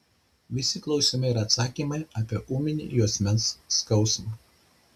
visi klausimai ir atsakymai apie ūminį juosmens skausmą